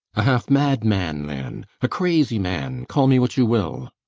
a half-mad man then! a crazy man! call me what you will.